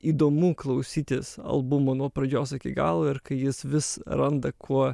įdomu klausytis albumo nuo pradžios iki galo ir kai jis vis randa kuo